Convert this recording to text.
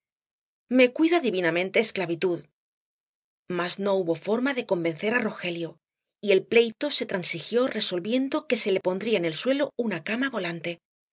me cuida divinamente esclavitud mas no hubo forma de convencer á rogelio y el pleito se transigió resolviendo que se le pondría en el suelo una cama volante la